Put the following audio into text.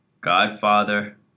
Godfather